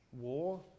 War